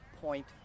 point